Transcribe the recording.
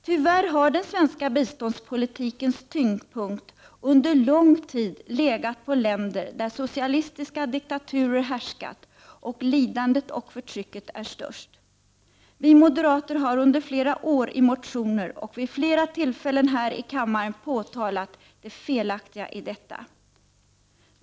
Tyvärr har den svenska biståndspolitikens tyngdpunkt under lång tid legat på länder där socialistiska diktaturer härskat och lidandet och förtrycket är störst. Vi moderater har under flera år i motioner, och vid flera tillfällen här i kammaren, påtalat det felaktiga i detta.